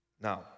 Now